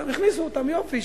הכניסו אותם, יופי.